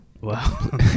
Wow